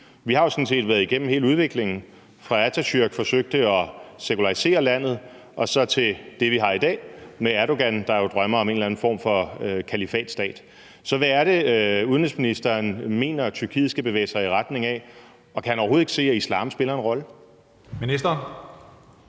set været igennem hele udviklingen – fra Atatürk forsøgte at sekularisere landet og til det, vi har i dag med Erdogan, der drømmer om en eller anden form for kalifatstat. Så hvad er det, udenrigsministeren mener Tyrkiet skal bevæge sig i retning af, og kan han overhovedet ikke se, at islam spiller en rolle?